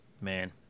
Man